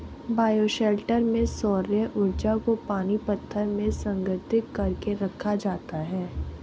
bioshelter में सौर्य ऊर्जा को पानी पत्थर में संग्रहित कर के रखा जाता है